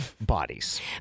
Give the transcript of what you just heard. bodies